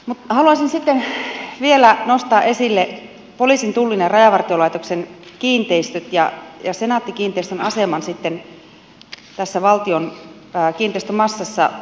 haluaisin sitten vielä nostaa esille poliisin tullin ja rajavartiolaitoksen kiinteistöt ja senaatti kiinteistöjen aseman tässä valtion kiinteistömassassa